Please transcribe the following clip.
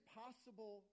possible